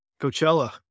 Coachella